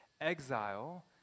exile